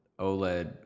OLED